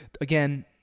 Again